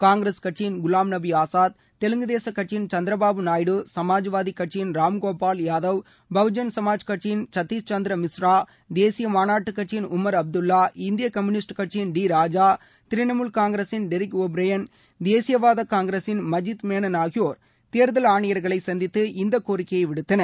காங்கிரஸ் கட்சியின் குலாம்நபி ஆசாத் தெலுங்குதேச கட்சியின் சந்திரபாபு நாயுடு சமாஜ்வாதி கட்சியின் ராம்கோபால் யாதவ் பகுஜன் சமாஜ் கட்சியின் சத்தீஷ் சந்திர மிஸ்ரா தேசிய மாநாட்டு கட்சியின் உமா அப்துல்வா இந்திய கம்யூனிஸ்ட் கட்சியின் டி ராஜா திரிணாமுல் காங்கிரசின் டெரக் ஒ ப்ரையன் தேசியவாத காங்கிரசின் மஜீத் மேனன் ஆகியோர் தேர்தல் ஆணையர்களை சந்தித்து இந்த கோரிக்கையை விடுத்தனர்